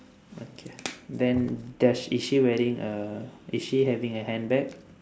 okay then does is she wearing a is she having a handbag